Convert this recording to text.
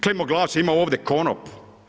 Klima glas ima ovdje konop.